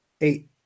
eight